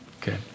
Okay